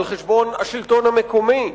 על-חשבון השלטון המקומי.